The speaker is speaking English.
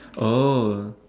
oh